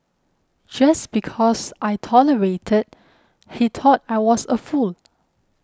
just because I tolerated he thought I was a fool